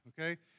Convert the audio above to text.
okay